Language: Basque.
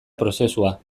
prozesua